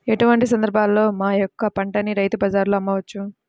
ఎటువంటి సందర్బాలలో మా యొక్క పంటని రైతు బజార్లలో అమ్మవచ్చు?